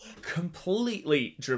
completely